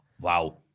wow